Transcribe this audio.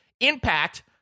impact